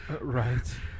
Right